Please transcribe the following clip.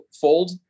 fold